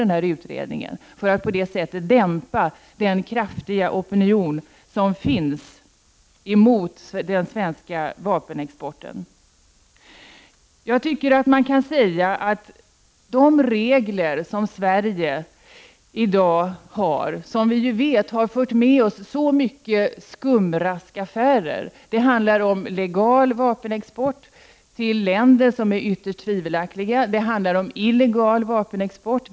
Genom att tillsätta en utredning skulle man dämpa den kraftiga opinion som finns mot den svenska vapenexporten. Jag tycker att man kan säga att de regler som Sverige i dag tillämpar har fört med sig mycket skumraskaffärer. Det handlar om legal vapenexport till länder som är ytterst tvivelaktiga. Det handlar om illegal vapenexport.